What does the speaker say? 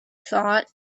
thought